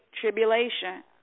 tribulation